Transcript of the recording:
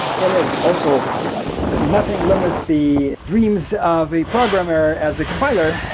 it is also like nothing limits the dreams of a programmer as a compiler,